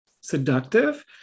seductive